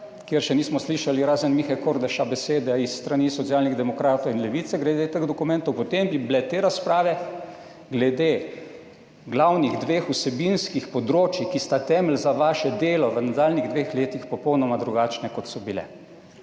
kjer še nismo slišali, razen Mihe Kordiša, besede s strani Socialnih demokratov in Levice glede teh dokumentov – potem bi bile te razprave glede glavnih dveh vsebinskih področij, ki sta temelj za vaše delo v nadaljnjih dveh letih, popolnoma drugačne, kot so bile.